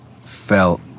felt